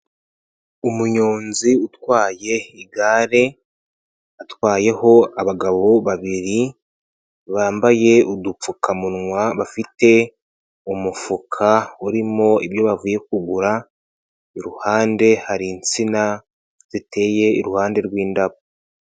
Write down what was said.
Umunyonzi utwaye igare, atwayeho abagabo babiri, bambaye udupfukamunwa, bafite umufuka urimo ibyo bavuye kugura, iruhande hari insina ziteye iruhande rw'indabo.